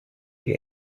die